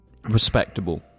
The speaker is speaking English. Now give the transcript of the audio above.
respectable